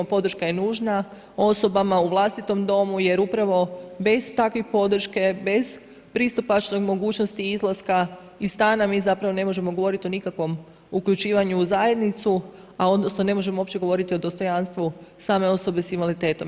Podrška je nužna osobama u vlastitom domu jer upravo bez takve podrške, bez pristupačne mogućnosti izlaska iz stana mi zapravo ne možemo govoriti o nikakvom uključivanju u zajednicu odnosno ne možemo uopće govoriti o dostojanstvu same osobe sa invaliditetom.